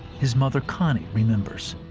his mother, connie, remembers.